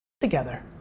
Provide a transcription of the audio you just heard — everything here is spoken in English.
together